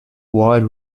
wide